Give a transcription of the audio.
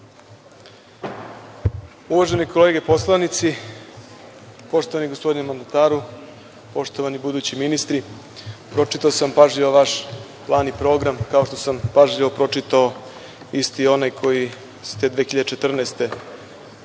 Uvažene kolege poslanici, poštovani gospodine mandataru, poštovani budući ministri, pročitao sam pažljivo vaš plan i program, kao što sam pažljivo pročitao isti onaj koji ste 2014.